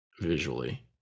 visually